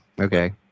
Okay